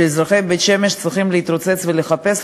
שאזרחי בית-שמש צריכים להתרוצץ ולחפש,